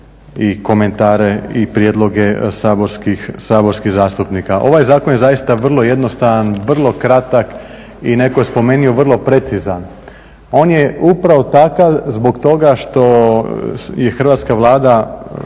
i komentare i prijedloge saborskih zastupnika. Ovaj zakon je zaista vrlo jednostavna, vrlo kratak i neko je spomenuo vrlo precizan. On je upravo takav zbog toga što je Hrvatska vlada